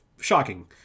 Shocking